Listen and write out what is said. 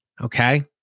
okay